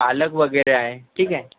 पालक वगैरे आहे ठीक आहे